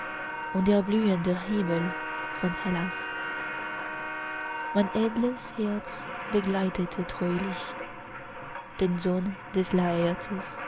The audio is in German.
und der blühende himmel von hellas mein edles herz begleitete treulich den sohn des